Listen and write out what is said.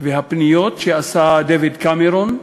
והפניות שעשה דייוויד קמרון,